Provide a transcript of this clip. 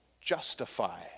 justify